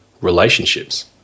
relationships